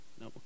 No